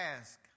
ask